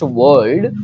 world